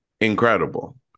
incredible